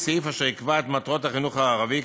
סעיף אשר יקבע את מטרות החינוך הערבי,